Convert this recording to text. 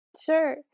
Sure